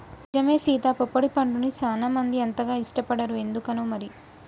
నిజమే సీత పొప్పడి పండుని సానా మంది అంతగా ఇష్టపడరు ఎందుకనో మరి